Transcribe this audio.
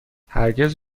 هرگز